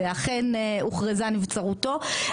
ואכן הוכרזה נבצרותו.